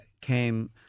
came